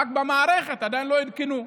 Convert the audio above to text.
רק במערכת עדיין לא עדכנו.